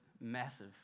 massive